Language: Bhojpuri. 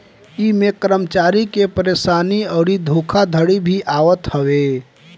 इमें कर्मचारी के परेशानी अउरी धोखाधड़ी भी आवत हवे